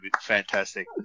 fantastic